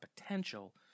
potential